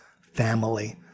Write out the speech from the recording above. family